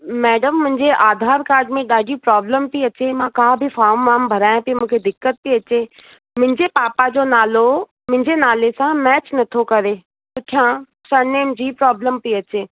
madam मुंहिंजे Aadhaar card में ॾाढी प्रॉब्लम थी अचे मां का बि फाम वाम भरायां थी मूंखे दिक़त थी अचे मुंहिंजे पापा जो नालो मुंहिंजे नाले सां मैच नथो करे पुठियां सरनेम जी प्रॉब्लम थी अचे